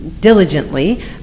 diligently